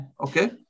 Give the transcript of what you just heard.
Okay